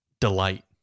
delight